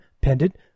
pendant